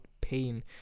pain